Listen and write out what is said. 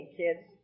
kids